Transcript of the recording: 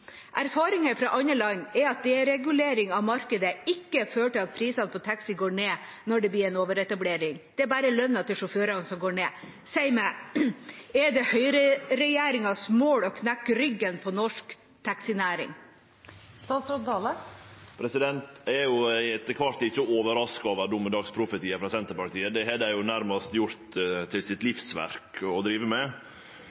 Erfaringer fra andre land er at deregulering av markedet ikke fører til at prisene på taxi går ned når det blir en overetablering. Det er bare lønnen til sjåførene som går ned. Si meg: Er det høyreregjeringas mål å knekke ryggen på norsk taxinæring? Eg er etter kvart ikkje overraska over domedagsprofetiar frå Senterpartiet. Det har dei nærmast gjort til sitt